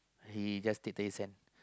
he just take thirty cent